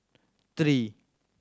three